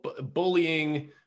Bullying